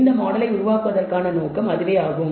இந்த மாடலை உருவாக்குவதற்கான நோக்கம் அதுவே ஆகும்